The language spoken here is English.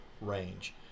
range